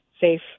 safe